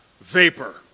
vapor